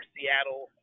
Seattle